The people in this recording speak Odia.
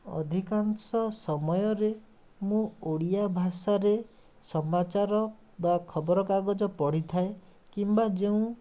ଅଧିକାଂଶ ସମୟରେ ମୁଁ ଓଡ଼ିଆ ଭାଷାରେ ସମାଚାର ବା ଖବରକାଗଜ ପଢ଼ିଥାଏ କିମ୍ବା ଯେଉଁ